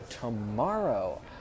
tomorrow